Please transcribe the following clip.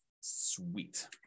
Sweet